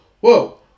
Whoa